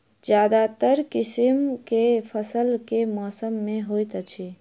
ज्यादातर किसिम केँ फसल केँ मौसम मे होइत अछि?